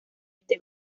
este